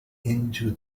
into